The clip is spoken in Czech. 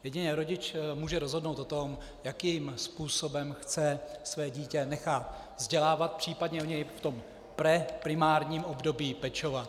Jedině rodič může rozhodnout o tom, jakým způsobem chce své dítě nechat vzdělávat, případně o něj v tom preprimárním období pečovat.